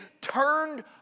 turned